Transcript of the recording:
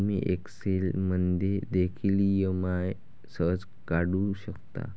तुम्ही एक्सेल मध्ये देखील ई.एम.आई सहज काढू शकता